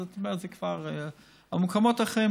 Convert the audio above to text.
המקומות האחרים,